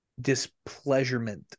displeasurement